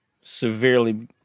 severely